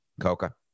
Coca